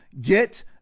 get